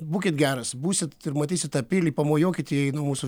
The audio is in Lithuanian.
būkit geras būsit ir matysit tą pilį pamojuokit jai nuo mūsų